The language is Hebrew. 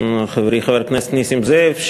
חברי חבר הכנסת נסים זאב,